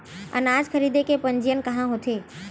अनाज खरीदे के पंजीयन कहां होथे?